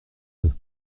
deux